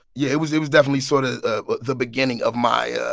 yeah, it was it was definitely sort of the beginning of my ah